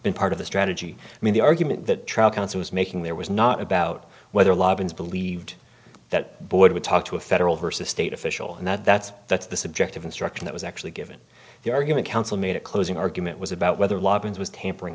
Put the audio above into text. been part of the strategy i mean the argument that trial counsel was making there was not about whether law bans believed that board would talk to a federal versus state official and that's that's the subject of instruction that was actually given the argument counsel made a closing argument was about whether it was tampering